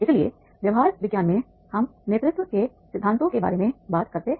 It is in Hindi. इसलिए व्यवहार विज्ञान में हम नेतृत्व के सिद्धांतों के बारे में बात करते हैं